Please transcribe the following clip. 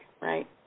right